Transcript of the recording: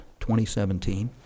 2017